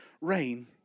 rain